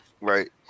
right